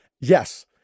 Yes